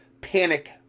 panic